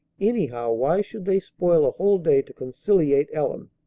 anyhow, why should they spoil a whole day to conciliate ellen?